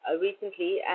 recently